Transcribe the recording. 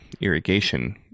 irrigation